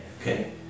okay